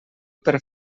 per